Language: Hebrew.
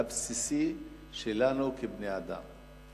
הבסיסי שלנו, כבני-אדם.